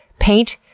paint,